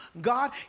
God